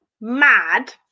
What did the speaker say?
mad